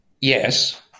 Yes